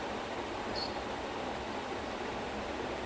you know game of thrones what do you think of the red wedding